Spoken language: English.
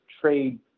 trade